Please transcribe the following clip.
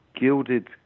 gilded